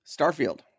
Starfield